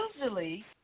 usually